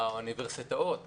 באוניברסיטאות